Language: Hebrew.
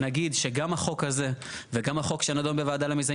נגיד שגם החוק הזה וגם החוק שנדון בוועדה למיזמים